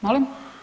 Molim?